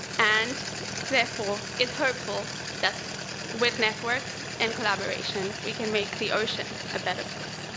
and therefore, is hopeful that with networks and collaboration, we can make the ocean a better place.